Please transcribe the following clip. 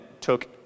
took